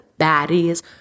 baddies